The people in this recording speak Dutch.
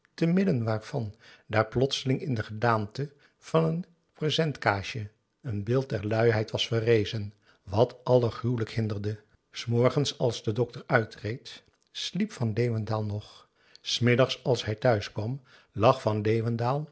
te midden waarvan daar plotseling in de gedaante van een presentkaasje een beeld der luiheid was verrezen wat allen gruwelijk hinderde s morgens als de dokter uitreed sliep van leeuwendaal nog s middags als hij thuis kwam lag van